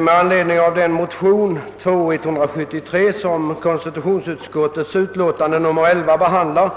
Herr talman! Jag vill helt kort anföra några synpunkter med anledning av den motion, II: 173, som behandlas i konstitutionsutskottets utlåtande nr 11.